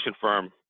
firm